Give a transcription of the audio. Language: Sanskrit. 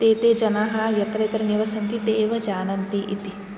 ते ते जनाः यत्र यत्र निवसन्ति ते एव जानन्ति इति